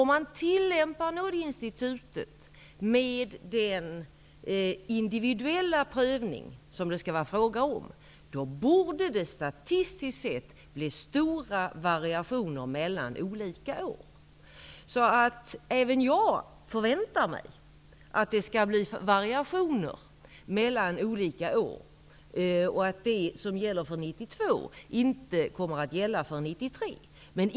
Om man tillämpar nådeinstitutet med den individuella prövning som det skall vara fråga om, borde det statistiskt sett bli stora variationer mellan olika år. Även jag förväntar mig att det skall bli variationer mellan olika år och att det som gäller för 1992 inte kommer att gälla för 1993.